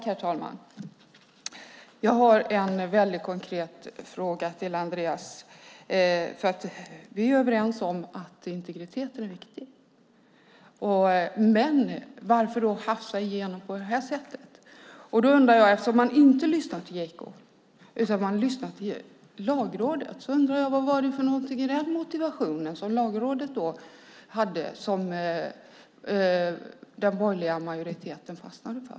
Herr talman! Jag har en väldigt konkret fråga till Andreas. Vi är överens om att integriteten är viktig. Men varför då hafsa igenom detta på det här sättet? Eftersom man inte lyssnat på JK utan lyssnat på Lagrådet undrar jag vad det var i Lagrådets motivering som den borgerliga majoriteten fastnade för.